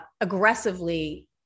aggressively